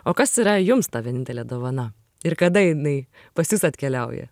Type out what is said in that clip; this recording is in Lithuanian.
o kas yra jums ta vienintelė dovana ir kada jinai pas jus atkeliauja